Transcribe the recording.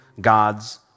God's